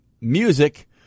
music